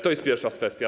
To jest pierwsza kwestia.